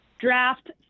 draft